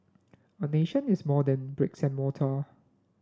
a nation is more than bricks and mortar